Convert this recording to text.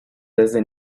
desde